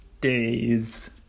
days